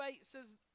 says